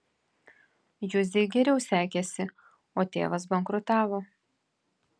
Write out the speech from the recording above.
juzei geriau sekėsi o tėvas bankrutavo